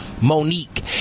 Monique